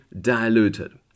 diluted